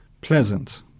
pleasant